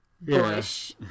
...Bush